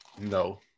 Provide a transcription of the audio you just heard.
No